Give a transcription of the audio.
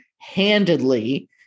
handedly